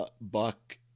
buck